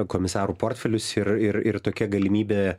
komisarų portfelius ir ir ir tokia galimybė